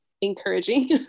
encouraging